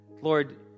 Lord